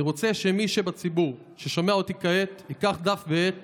אני רוצה שמי שבציבור ששומע אותי כעת ייקח דף ועט